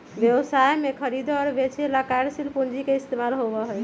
व्यवसाय में खरीदे और बेंचे ला कार्यशील पूंजी के इस्तेमाल होबा हई